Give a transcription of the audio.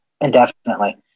indefinitely